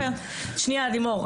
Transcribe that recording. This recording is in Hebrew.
שנייה לימור,